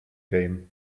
game